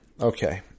Okay